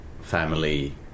family